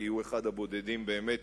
כי הוא אחד הבודדים באמת